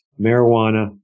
marijuana